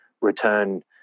return